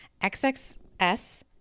XXS